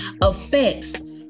affects